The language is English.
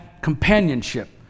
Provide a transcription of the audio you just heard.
companionship